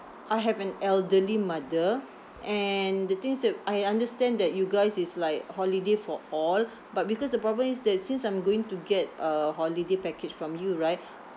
I have an elderly mother and the thing is uh I understand that you guys is like holiday for all but because the problem is that since I'm going to get a holiday package from you right